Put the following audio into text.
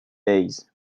days